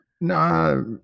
No